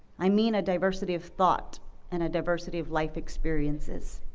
i mean a diversity of thought and a diversity of life experiences,